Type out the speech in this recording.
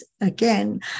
again